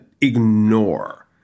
ignore